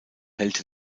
hält